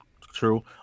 True